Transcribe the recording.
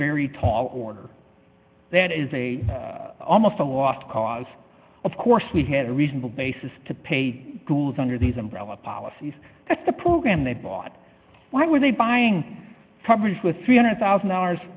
very tall order that is a almost a lost cause of course we had a reasonable basis to pay bills under these umbrella policies that the program they bought why were they buying coverage with three hundred thousand dollars